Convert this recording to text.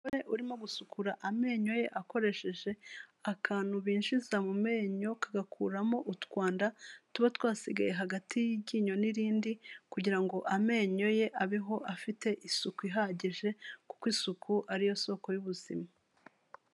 Umugore urimo gusukura amenyo ye akoresheje akantu binjiza mu menyo kagakuramo utwanda tuba twasigaye hagati y'iryinyo n'irindi kugira ngo amenyo ye abeho afite isuku ihagije, kuko isuku ariyo soko y'ubuzima.